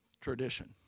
tradition